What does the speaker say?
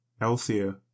healthier